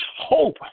hope